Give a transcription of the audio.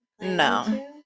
No